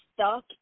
stuck